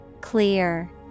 Clear